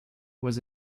was